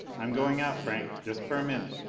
i'm going out, franck. just for a minute.